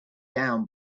down